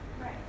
Right